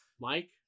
Mike